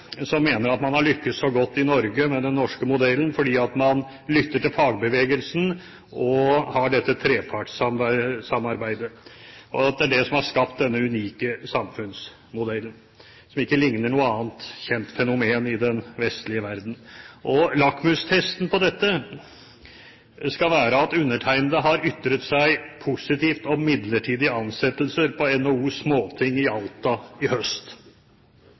som mener at man har lyktes så godt i Norge med den norske modellen fordi man lytter til fagbevegelsen og har dette trepartssamarbeidet, og at det er det som har skapt denne unike samfunnsmodellen, som ikke ligner noe annet kjent fenomen i den vestlige verden. Lakmustesten på dette skal være at undertegnede har ytret seg positivt om midlertidige ansettelser på NHOs Småting i Alta i høst.